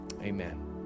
amen